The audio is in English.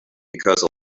because